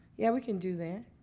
yeah, we can do that.